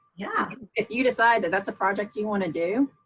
yeah if you decide that that's a project you want to do